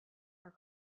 are